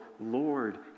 Lord